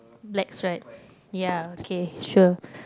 black striped ya okay sure